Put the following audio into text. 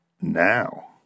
now